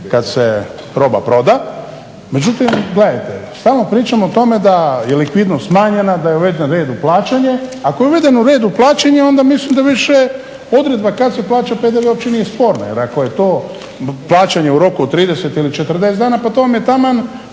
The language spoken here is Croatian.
kad se roba proda. Međutim gledajte, stalno pričamo o tome da je likvidnost smanjena, da je uveden red u plaćanje. Ako je uveden red u plaćanje onda mislim da više odredba kad se plaća PDV uopće nije sporna. Jer ako je to plaćanje u roku od 30 ili 40 dana, pa to vam je taman